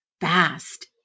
fast